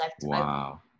Wow